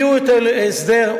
הגיעו להסדר,